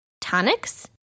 tonics